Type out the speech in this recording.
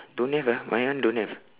don't have ah my one don't have